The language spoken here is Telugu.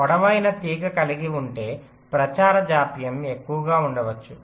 పొడవైన తీగ కలిగి ఉంటే ప్రచార జాప్యం ఎక్కువగా ఉండవచ్చు